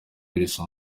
nshuro